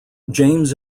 james